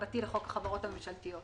59ב(ח) לחוק החברות הממשלתיות.